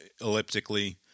elliptically